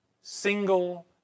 single